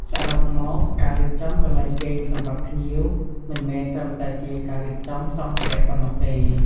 សរុបមក ការរៀបចំកន្លែងគេងសម្រាប់ភ្ញៀវមិនមែនត្រឹមតែជាការរៀបចំសម្ភារៈប៉ុណ្ណោះទេ។